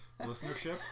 Listenership